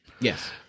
Yes